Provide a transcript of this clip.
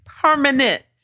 permanent